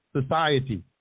society